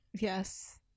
Yes